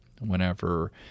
Whenever